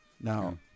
now